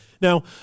Now